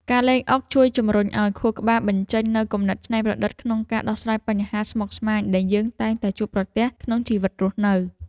ការលេងអុកជួយជម្រុញឱ្យខួរក្បាលបញ្ចេញនូវគំនិតច្នៃប្រឌិតក្នុងការដោះស្រាយបញ្ហាស្មុគស្មាញដែលយើងតែងតែជួបប្រទះក្នុងជីវិតរស់នៅ។